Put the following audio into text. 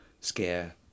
scare